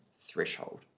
threshold